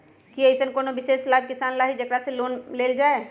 कि अईसन कोनो विशेष लाभ किसान ला हई जेकरा ला लोन लेल जाए?